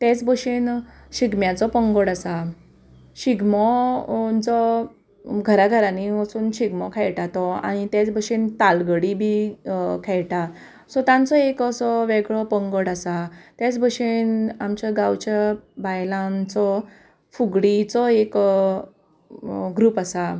तेच भशेन शिगम्याचो पंगड आसा शिगमो जो घरा घरांनी वचून शिगमो खेयटा तो आनी तेच भशेन तालगडी बी खेयटा सो तांचो एक असो वेगळो पंगड आसा तेच भशेन आमच्या गांवच्या बायलांचो फुगडीचो एक ग्रूप आसा